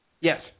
Yes